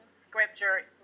scripture